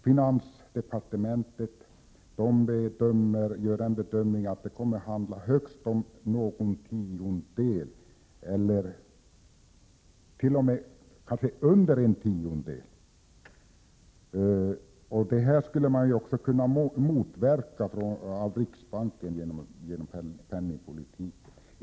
Finansdepartementet gör den bedömningen att det kommer att handla om högst någon tiondel, eller kanske t.o.m. under 0,1 20. Det skulle man också kunna motverka genom riksbankens penningpolitik.